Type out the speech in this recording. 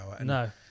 No